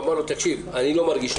אני אומר שלא ייבהלו.